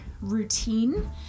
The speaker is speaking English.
routine